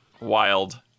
Wild